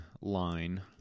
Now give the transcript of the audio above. line